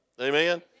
Amen